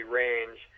range